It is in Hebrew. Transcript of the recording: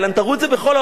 תראו את זה בכל העולם,